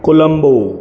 Colombo